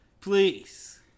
Please